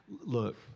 Look